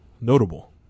Notable